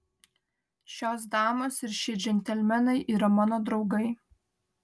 šios damos ir šie džentelmenai yra mano draugai